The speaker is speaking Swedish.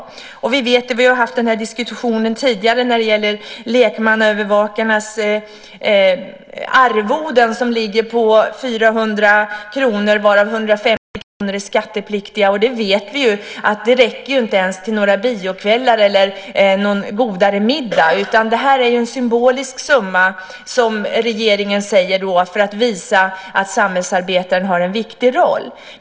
Vi har haft den här diskussionen tidigare när det gäller lekmannaövervakarnas arvoden som ligger på 400 kr varav 150 kr är skattepliktiga. Och vi vet att det inte ens leder till några biokvällar eller till någon godare middag. Regeringen säger att detta är en symbolisk summa för att visa att samhällsarbetaren har en viktig roll.